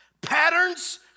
Patterns